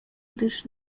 gdyż